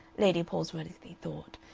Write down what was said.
lady palsworthy thought,